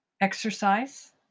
exercise